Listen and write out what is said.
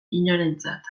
inorentzat